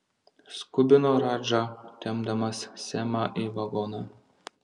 skubino radža tempdamas semą į vagoną